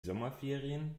sommerferien